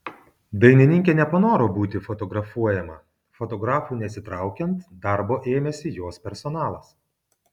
dainininkė nepanoro būti fotografuojama fotografui nesitraukiant darbo ėmėsi jos personalas